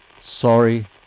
sorry